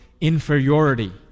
inferiority